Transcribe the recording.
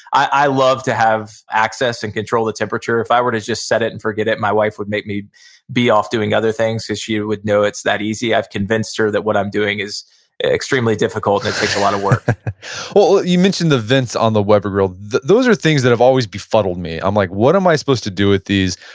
i love to have access and control the temperature. if i were to just set it and forget it, my wife would make me be off doing other things cause she would know, it's that easy i've convinced her that what i'm doing is extremely difficult and it takes a lot of work well, you mentioned the vents on the weber grill, those are things that have always befuddled me. i'm like, what am i supposed to do with these?